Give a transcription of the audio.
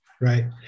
Right